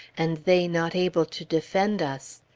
and they not able to defend us!